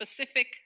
specific